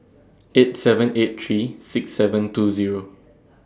eight seven eight three six seven two Zero